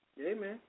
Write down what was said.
Amen